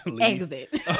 Exit